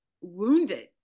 wounded